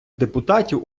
депутатів